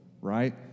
right